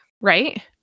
Right